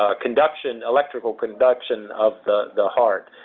ah conduction electrical conduction of the the heart.